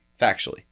Factually